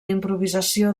improvisació